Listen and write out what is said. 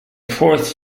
fourth